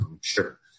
sure